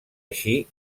així